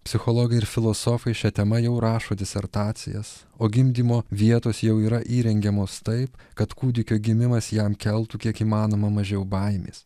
psichologai ir filosofai šia tema jau rašo disertacijas o gimdymo vietos jau yra įrengiamos taip kad kūdikio gimimas jam keltų kiek įmanoma mažiau baimės